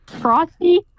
Frosty